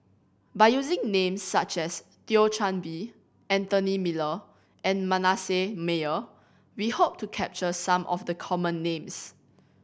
by using names such as Thio Chan Bee Anthony Miller and Manasseh Meyer we hope to capture some of the common names